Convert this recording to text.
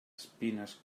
espines